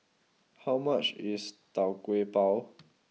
how much is Tau Kwa Pau